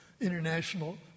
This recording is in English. international